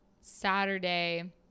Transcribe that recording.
Saturday